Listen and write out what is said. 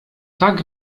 tak